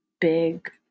big